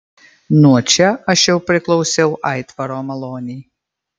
nuo čia aš jau priklausiau aitvaro malonei